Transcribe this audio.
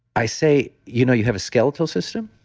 i say you know you have a skeletal system,